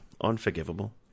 unforgivable